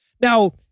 Now